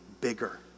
bigger